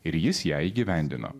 ir jis ją įgyvendino